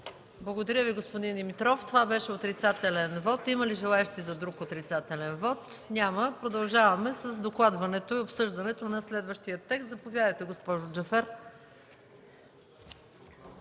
Благодаря Ви, господин Димитров. Това беше отрицателен вот. Има ли желаещи за друг отрицателен вот? Няма. Продължаваме с докладването и обсъждането на следващия текст. Заповядайте, госпожо Джафер.